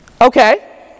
Okay